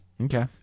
Okay